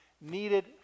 needed